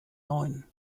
neuen